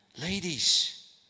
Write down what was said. Ladies